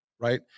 Right